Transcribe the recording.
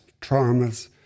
traumas